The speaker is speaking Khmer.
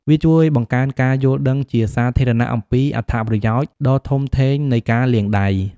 វាជួយបង្កើនការយល់ដឹងជាសាធារណៈអំពីអត្ថប្រយោជន៍ដ៏ធំធេងនៃការលាងដៃ។